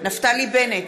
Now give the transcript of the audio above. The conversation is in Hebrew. נפתלי בנט,